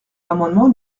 l’amendement